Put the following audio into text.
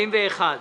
41,